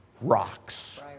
rocks